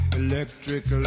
electric